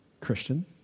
Christian